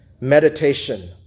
Meditation